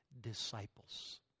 disciples